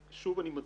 שוב, אני מדגיש: